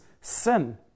sin